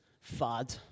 fad